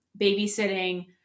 babysitting